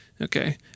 Okay